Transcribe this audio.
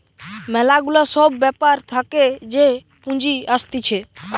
ম্যালা গুলা সব ব্যাপার থাকে যে পুঁজি আসতিছে